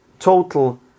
total